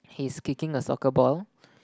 he's kicking the soccer ball